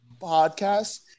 podcast